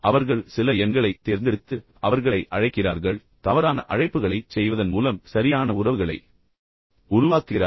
அவர்கள் சில எண்களைத் தேர்ந்தெடுப்பார்கள் தோராயமாக அவர்களை அழைக்கிறார்கள் தவறான அழைப்புகளைச் செய்வதன் மூலம் அவர்கள் சரியான உறவுகளை உருவாக்குகிறார்கள்